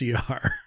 CR